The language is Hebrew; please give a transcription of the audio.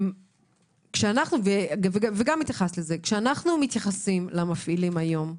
כשאנחנו מתייחסים למפעילים היום,